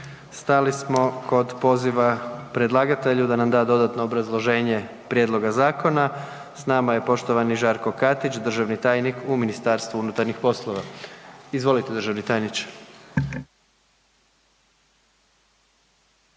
Stali smo kod poziva predlagatelju da nam da dodatno obrazloženje prijedloga zakona. S nama je poštovani Žarko Katić državni tajnik u Ministarstvu unutarnjih poslova. Izvolite državni tajniče.